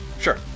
sure